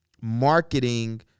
marketing